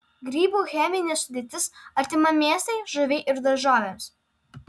grybų cheminė sudėtis artima mėsai žuviai ir daržovėms